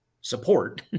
support